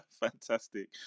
Fantastic